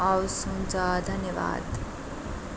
हवस् हुन्छ धन्यवाद